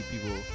people